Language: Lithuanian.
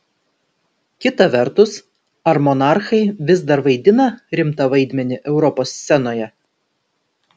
kita vertus ar monarchai vis dar vaidina rimtą vaidmenį europos scenoje